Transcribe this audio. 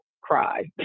cry